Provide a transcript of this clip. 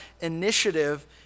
initiative